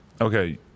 Okay